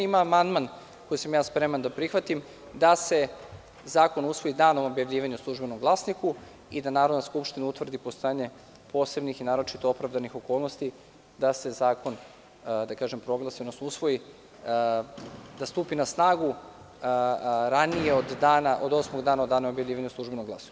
Ima amandman, koji sam spreman da prihvatim, da se zakon usvoji danom objavljivanja u „Službenom glasniku“ i da Narodna skupština utvrdi postojanje posebnih i naročito opravdanih okolnosti da se zakon proglasi, odnosno usvoji, da stupi na snagu ranije od osmog dana od dana objavljivanja u „Službenom glasniku“